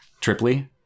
Triply